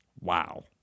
Wow